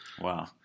Wow